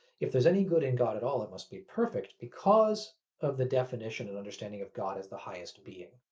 if there's any good in god at all it must be perfect, because of the definition and understanding of god as the highest being.